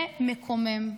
זה מקומם.